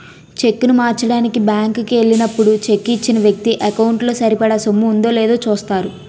చెక్కును మార్చడానికి బ్యాంకు కి ఎల్లినప్పుడు చెక్కు ఇచ్చిన వ్యక్తి ఎకౌంటు లో సరిపడా సొమ్ము ఉందో లేదో చూస్తారు